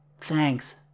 Thanks